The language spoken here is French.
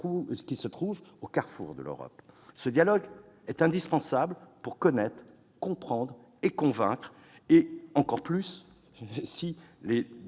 qui se trouve au carrefour de l'Europe. Ce dialogue est indispensable pour connaître, comprendre et convaincre, d'autant plus lorsque les